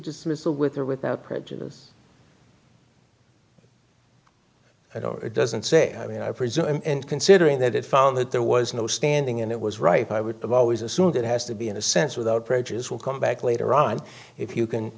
dismissal with or without prejudice i don't it doesn't say i mean i presume and considering that it found that there was no standing and it was right i would have always assumed it has to be in a sense without prejudice will come back later on if you can